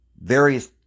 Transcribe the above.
various